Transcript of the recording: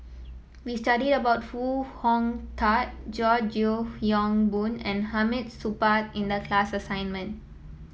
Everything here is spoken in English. we studied about Foo Hong Tatt George Yeo Yong Boon and Hamid Supaat in the class assignment